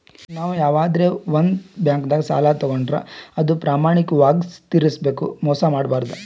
ನಾವ್ ಯವಾದ್ರೆ ಒಂದ್ ಬ್ಯಾಂಕ್ದಾಗ್ ಸಾಲ ತಗೋಂಡ್ರ್ ಅದು ಪ್ರಾಮಾಣಿಕವಾಗ್ ತಿರ್ಸ್ಬೇಕ್ ಮೋಸ್ ಮಾಡ್ಬಾರ್ದು